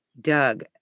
Doug